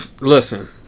Listen